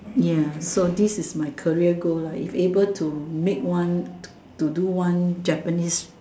ya so this is my career goal lah if able to make one to do one Japanese